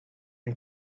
and